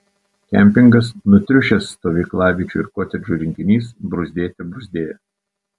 kempingas nutriušęs stovyklaviečių ir kotedžų rinkinys bruzdėte bruzdėjo